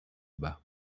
bas